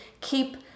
keep